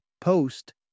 post